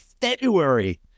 February